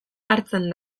hartzen